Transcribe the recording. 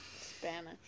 spanish